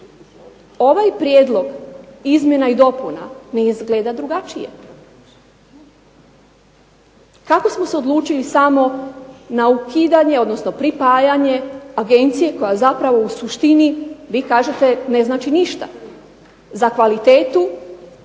Ovaj Prijedlog izmjena i dopuna ne izgleda drugačije. Kako smo se odlučili samo na ukidanje odnosno pripajanje Agencija koja zapravo u suštini vi kažete ne znači ništa. Za kvalitetu,